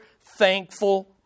thankful